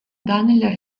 daniel